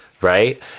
Right